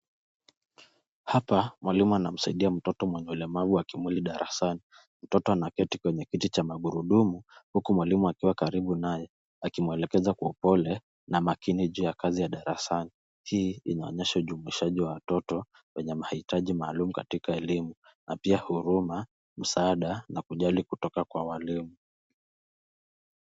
Hapa mwalimu anamsaidia mtoto mwenye ulemavu wa kimwili darasani. Mtoto ameketi kwenye kiti cha magurudumu huku mwalimu akiwa karibu naye akimwelekeza kwa upole na makini juu ya kazi ya darasani. Hii inaonyesha ujumishaji wa mtoto mwenye mahitaji maalum katika elimu na pia huruma, msaada na kujali kutoka kwa walimu.